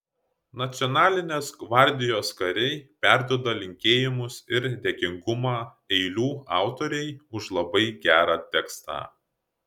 nacionalinės gvardijos kariai perduoda linkėjimus ir dėkingumą eilių autorei už labai gerą tekstą